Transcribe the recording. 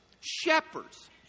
shepherds